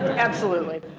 absolutely.